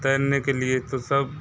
तैरने के लिए तो सब